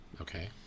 Okay